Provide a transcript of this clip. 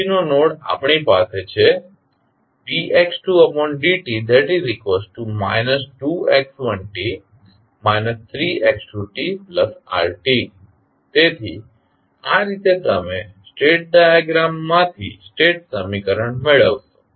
પછીનો નોડ આપણી પાસે છે dx2dt 2x1t 3x2tr તેથી આ રીતે તમે સ્ટેટ ડાયાગ્રામમાંથી સ્ટેટ સમીકરણ મેળવશો